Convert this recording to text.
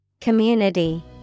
Community